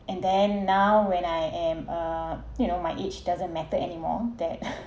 and then now when I am uh you know my age doesn't matter anymore that